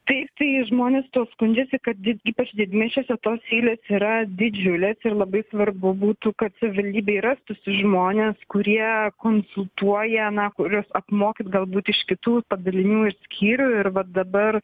taip tai žmonės tuo skundžiasi kad ypač didmiesčiuose tos eilės yra didžiulės ir labai svarbu būtų kad savivaldybėj rastųsi žmonės kurie konsultuoja na kuriuos apmokyt galbūt iš kitų padalinių ir skyrių ir va dabar